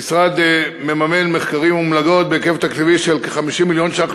המשרד מממן מחקרים ומלגות בהיקף תקציבי של כ-50 מיליון ש"ח